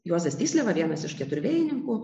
juozas tysliava vienas iš keturvėjininkų